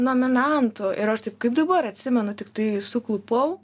nominantų ir aš taip kaip dabar atsimenu tiktai suklupau